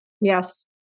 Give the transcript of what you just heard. Yes